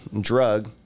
drug